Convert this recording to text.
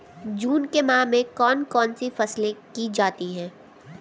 जून के माह में कौन कौन सी फसलें की जाती हैं?